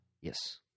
Yes